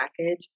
package